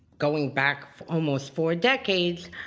going back almost four decades,